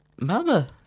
Mama